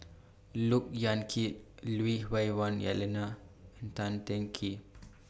Look Yan Kit Lui Hah Wah Elena and Tan Teng Kee